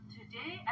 today